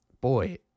boy